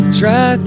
try